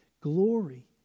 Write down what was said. glory